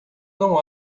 não